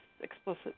explicit